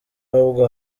ahubwo